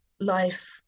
life